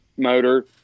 Motor